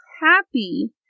happy